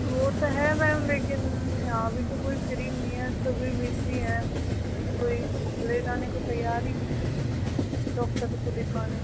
वो तो है मैम लेकिन यहाँ भी तो कोई फ्री नहीं है सभी बिज़ी हैं कोई ले जाने को तैयार ही नहीं है डॉक्टर को दिखाने